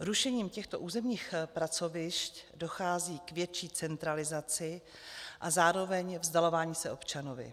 Rušením těchto územních pracovišť dochází k větší centralizaci a zároveň vzdalování se občanovi.